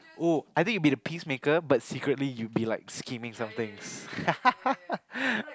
oh I think you be the peacemaker but secretly you be like scheming some things